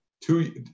two